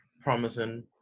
promising